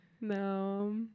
No